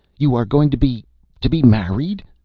you are going to be to be married?